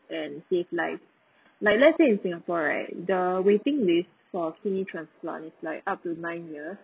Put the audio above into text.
and save lives like let's say in singapore right the waiting list for kidney transplant it's like up to nine years